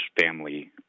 family